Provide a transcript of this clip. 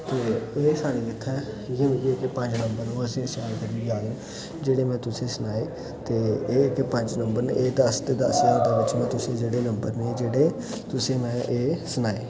ते एह् सारे गीत्थै इयै पंज नम्बर न ओह् असेंगी शैल करी याद न जेह्ड़े में तुसेंगी सनाए ते एह् जेह्के पंज नम्बर ने एह् दस ते दस ज्हार दे बिच्च जेह्ड़े नम्बर न जेह्ड़े तुसेंगी में एह् सनाए